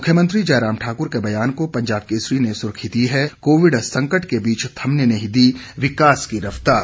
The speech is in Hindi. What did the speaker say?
मुख्यमंत्री जयराम ठाक्र के बयान को पंजाब केसरी ने सुर्खी दी है कोविड संकट के बीच थमने नहीं दी विकास की रफ्तार